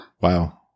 Wow